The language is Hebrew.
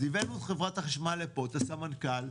אז הבאנו את חברת החשמל לפה, את הסמנכ"ל,